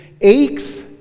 aches